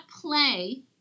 play –